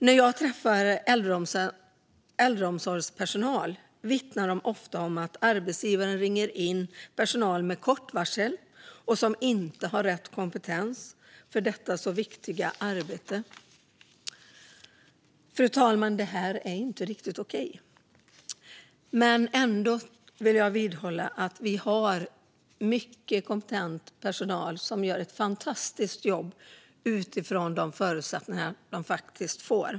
När jag träffar äldreomsorgspersonal vittnar de ofta om att arbetsgivaren ringer in personalen med kort varsel, och de som rings in har inte rätt kompetens för detta viktiga arbete. Fru talman! Det här är inte riktigt okej. Men jag vidhåller ändå att vi har mycket kompetent personal som gör ett fantastiskt jobb utifrån de förutsättningar de får.